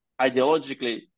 ideologically